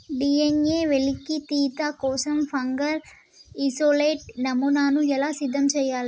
DNA వెలికితీత కోసం fungal isolate నమూనాను ఎలా సిద్ధం చెయ్యాలి?